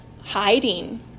hiding